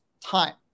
Time